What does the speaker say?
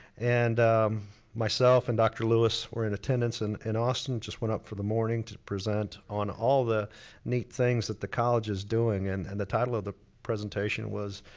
and myself and dr. louis were in attendance and in austin, just went up for the morning to present on all the neat things that the college is doing and and the title of the presentation was,